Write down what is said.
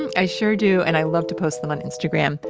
and i sure do, and i love to post them on instagram,